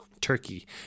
turkey